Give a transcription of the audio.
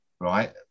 right